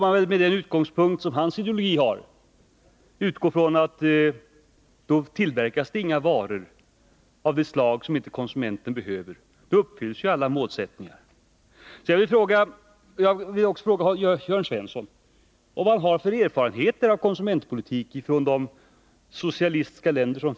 Med den utgångspunkt som Jörn Svensson har i sin ideologi får man väl förutsätta att det inte skulle tillverkas några varor av det slag som inte konsumenten behöver och önskar.